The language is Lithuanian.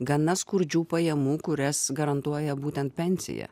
gana skurdžių pajamų kurias garantuoja būtent pensija